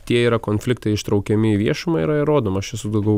tie yra konfliktai ištraukiami į viešumą yra įrodoma aš esu daugiau